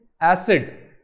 acid